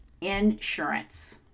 insurance